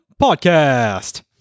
Podcast